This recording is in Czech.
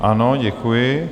Ano, děkuji.